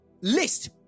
list